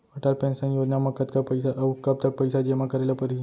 Atal pension योजना म कतका पइसा, अऊ कब तक पइसा जेमा करे ल परही?